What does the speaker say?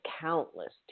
countless